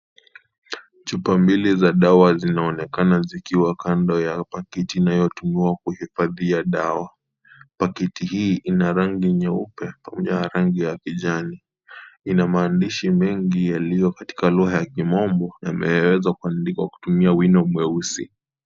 Chupa mbili za dawa zinaonekana zikiwa kando ya pakiti inayotumiwa kuhifadhia dawa. Pakiti hii ina rangi nyeupe pamoja na rangi ya kijani ina maandishi mengi yaliyo katika lugha ya kimombo yameweza kuandikwa kutumia wino mweusi.